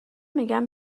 میگم